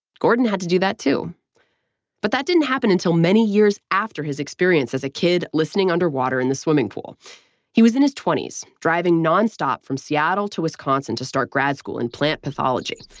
gordon had to do that, too but that didn't happen until many years after his experience as a kid listening under water in the swimming pool he was in his twenty s, driving non-stop from seattle to wisconsin to start grad school in plant pathology.